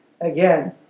Again